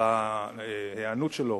על ההיענות שלו